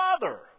Father